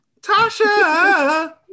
Tasha